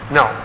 no